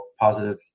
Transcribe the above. positive